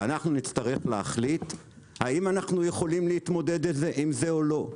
ואנחנו נצטרך להחליט האם אנחנו יכולים להתמודד עם זה או לא.